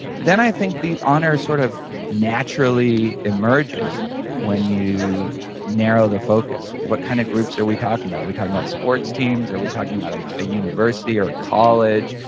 then i think the honor sort of naturally emerges when you narrow the focus. what kind of groups are we talking about? are we talking about sports teams, are we talking about a university or college,